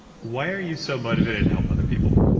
why are you so motivated to help other people?